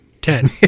Ten